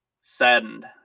saddened